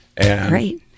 Great